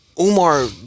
Umar